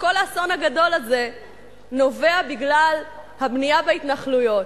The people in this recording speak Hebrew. שכל האסון הגדול הזה נובע מהבנייה בהתנחלויות.